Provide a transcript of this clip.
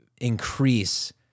increase